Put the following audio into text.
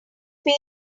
paid